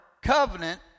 Covenant